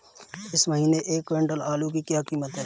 इस महीने एक क्विंटल आलू की क्या कीमत है?